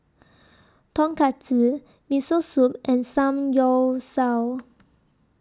Tonkatsu Miso Soup and Samgyeopsal